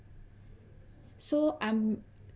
so I'm